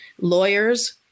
lawyers